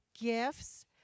gifts